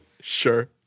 Sure